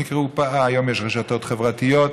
והיום יש רשתות חברתיות.